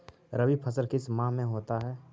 रवि फसल किस माह में होता है?